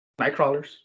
Nightcrawlers